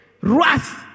rust